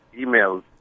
emails